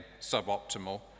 suboptimal